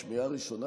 בשמיעה ראשונה,